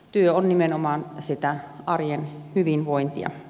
työ on nimenomaan sitä arjen hyvinvointia